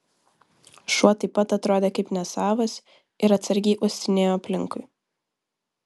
šuo taip pat atrodė kaip nesavas ir atsargiai uostinėjo aplinkui